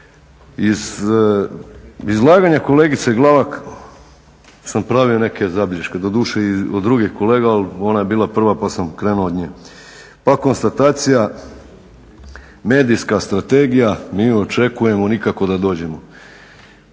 Iz izlaganja kolegice Glavak sam pravio neke zabilješke, doduše i od drugih kolega ali ona je bila prva pa sam krenuo od nje. Pa konstatacija medijska strategija mi očekujemo, nikako da dođemo.